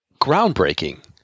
groundbreaking